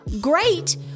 Great